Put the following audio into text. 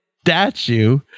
statue